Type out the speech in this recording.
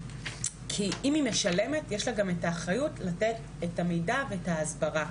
כי אם היא משלמת יש לה גם את האחריות לתת את המידע ואת ההסברה.